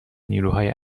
نیروهای